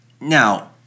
Now